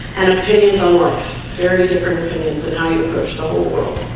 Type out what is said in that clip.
and opinions on life very and different opinions in how you approach all the world